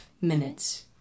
minutes